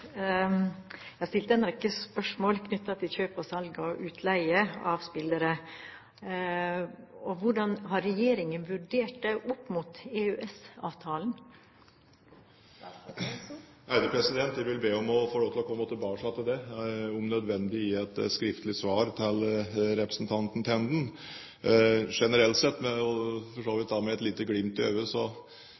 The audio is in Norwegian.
Jeg stilte en rekke spørsmål knyttet til kjøp og salg av utleie av spillere. Hvordan har Regjeringen vurdert det opp mot EØS-avtalen? Jeg vil be om å få lov til å komme tilbake til det – om nødvendig i et skriftlig svar til representanten Tenden. Generelt sett og for så vidt med et lite glimt